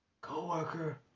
co-worker